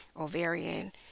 ovarian